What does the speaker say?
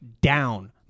down